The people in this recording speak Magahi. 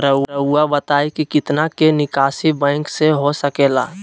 रहुआ बताइं कि कितना के निकासी बैंक से हो सके ला?